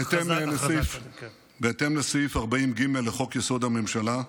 בהתאם לסעיף 40(ג) לחוק-יסוד: הממשלה,